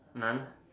none